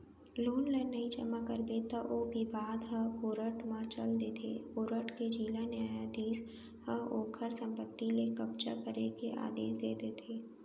loan ल नइ जमा करबे त ओ बिबाद ह कोरट म चल देथे कोरट के जिला न्यायधीस ह ओखर संपत्ति ले कब्जा करे के आदेस दे देथे